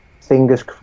fingers